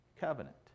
covenant